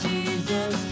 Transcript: Jesus